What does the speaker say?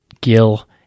Gil